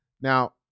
Now